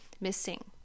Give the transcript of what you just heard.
missing